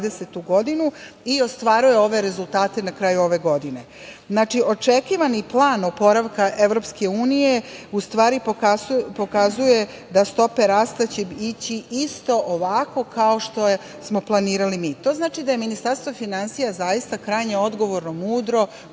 godinu i ostvaruje ove rezultate na kraju ove godine. Znači, očekivani plan oporavka EU u stvari pokazuje da stope rasta će ići isto ovako kao što smo planirali mi. To znači da je Ministarstvo finansija zaista krajnje odgovorno, mudro,